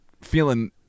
feeling